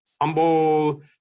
humble